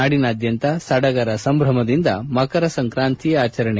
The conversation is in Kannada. ನಾಡಿನಾದ್ಯಂತ ಸಡಗರ ಸಂಭ್ರಮದಿಂದ ಮಕರ ಸಂಕ್ರಾಂತಿ ಆಚರಣೆ